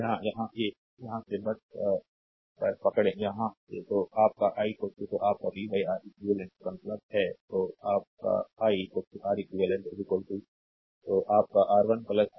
यहाँ यहाँ से बस पर पकड़ यहाँ से तो आप का i तो आप का v Req इसका मतलब है तो आप का i R eq तो आप का R1 R2